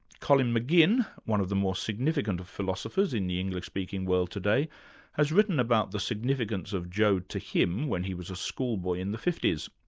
colin mcginn one of the more significant of philosophers in the english speaking world today has written about the significance of joad to him when he was a schoolboy in the fifty s.